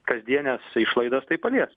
kasdienes išlaidas tai palies